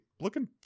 looking